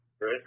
Right